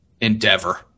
endeavor